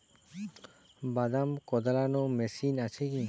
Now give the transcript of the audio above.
বাদাম কদলানো মেশিন আছেকি?